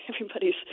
everybody's